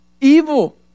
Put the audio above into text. evil